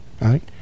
Right